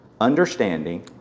understanding